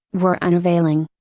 were unavailing.